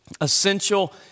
essential